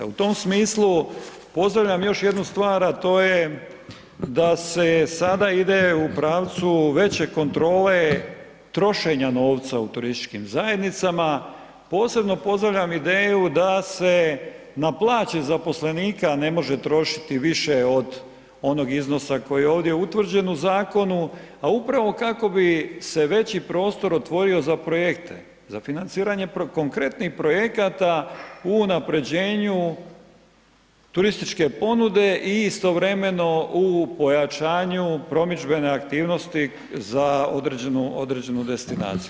U tom smislu pozdravljam još jednu stvar, a to je da se sada ide u pravcu veće kontrole trošenja novca u turističkim zajednicama, posebno pozdravljam ideju da se na plaće zaposlenika ne može trošiti više od onog iznosa koji je ovdje utvrđen u zakonu, a upravo kako bi se veći prostor otvorio za projekte, za financiranje konkretnih projekata u unapređenju turističke ponude i istovremeno u pojačanju promidžbene aktivnosti za određenu destinaciju.